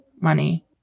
money